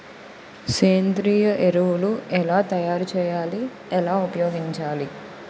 సేంద్రీయ ఎరువులు ఎలా తయారు చేయాలి? ఎలా ఉపయోగించాలీ?